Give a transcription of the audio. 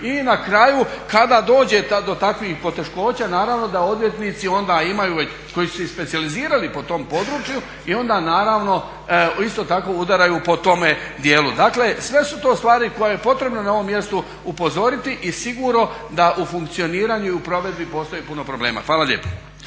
I na kraju kada dođe do takvih poteškoća, naravno da odvjetnici onda imaju već, koji su se i specijalizirali po tom području, i onda naravno, isto tako udaraju po tome dijelu. Dakle sve su to stvari koje je potrebno na ovom mjestu upozoriti i sigurno da u funkcioniranju i u provedbi postoji puno problema. Hvala lijepa.